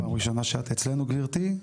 פעם ראשונה שאת אצלנו גברתי.